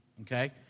Okay